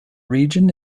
region